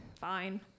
fine